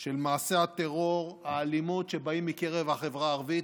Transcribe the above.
של מעשי הטרור והאלימות שבאים מקרב החברה הערבית,